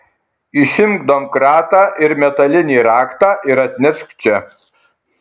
išimk domkratą ir metalinį raktą ir atnešk čia